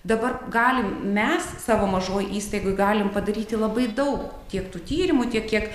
dabar galim mes savo mažoj įstaigoj galim padaryti labai daug tiek tų tyrimų tiek kiek